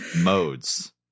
modes